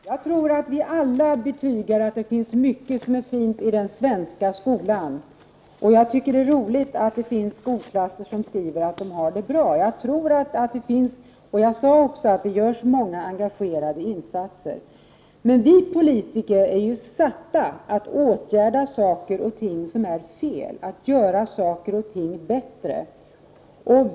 Herr talman! Jag tror att vi alla betygar att det finns mycket som är fint i den svenska skolan. Jag tycker att det är roligt att det finns skolklasser som skriver att de har det bra. Jag tror att det finns, och jag sade också i min inledning att det görs många engagerade insatser. Men vi politiker är satta att åtgärda saker och ting som är fel, att göra saker och ting bättre.